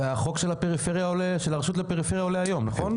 והחוק של הרשות לפריפריה עולה היום, נכון?